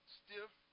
stiff